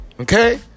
okay